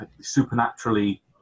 supernaturally